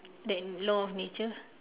that law of nature